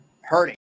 hurting